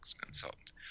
consultant